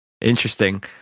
interesting